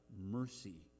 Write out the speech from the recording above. mercy